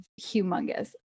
humongous